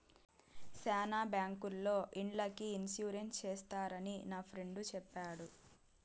శ్యానా బ్యాంకుల్లో ఇండ్లకి ఇన్సూరెన్స్ చేస్తారని నా ఫ్రెండు చెప్పాడు